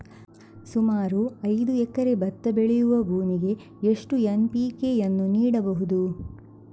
ಸುಮಾರು ಐದು ಎಕರೆ ಭತ್ತ ಬೆಳೆಯುವ ಭೂಮಿಗೆ ಎಷ್ಟು ಎನ್.ಪಿ.ಕೆ ಯನ್ನು ನೀಡಬಹುದು?